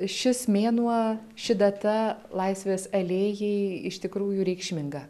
šis mėnuo ši data laisvės alėjai iš tikrųjų reikšminga